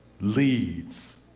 leads